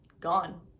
gone